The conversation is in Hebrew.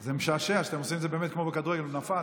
זה משעשע שאתם עושים את זה כמו בכדורגל: הוא נפל,